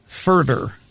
Further